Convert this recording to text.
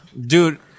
Dude